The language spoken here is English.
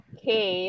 Okay